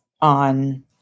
on